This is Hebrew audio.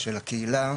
של הקהילה,